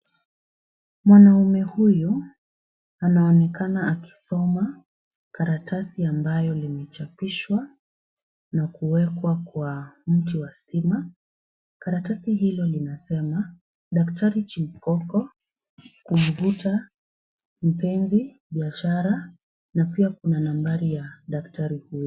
Mwanaume huyu anaonekana akisoma karatasi ambalo limechapishwa na kuwekwa kwa mti wa stima . Karatasi hilo linasema, daktari Chikonko kumvuta mpenzi, biashara na pia kuna nambari ya daktari huyo.